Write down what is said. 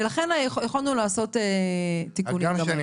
ולכן יכולנו לעשות תיקונים כאלה.